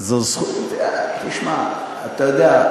אתה יודע?